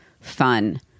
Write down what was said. fun